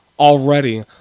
already